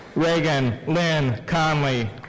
regan lynn connolly.